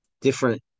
different